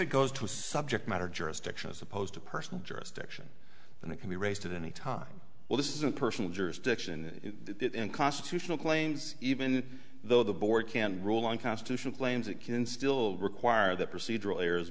it goes to subject matter jurisdiction as opposed to personal jurisdiction and it can be raised any time well this isn't personal jurisdiction and constitutional claims even though the board can rule on constitutional claims it can still require that procedural